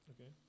okay